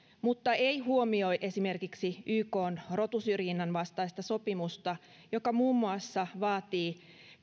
mutta ei huomioi esimerkiksi ykn rotusyrjinnän vastaista sopimusta joka muun muassa vaatii